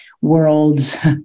worlds